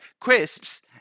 Crisps